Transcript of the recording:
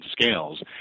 scales